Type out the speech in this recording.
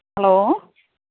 hello